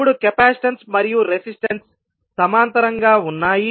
ఇప్పుడు కెపాసిటెన్స్ మరియు రెసిస్టన్స్ సమాంతరంగా ఉన్నాయి